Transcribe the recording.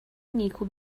نیکو